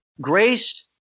grace